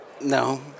No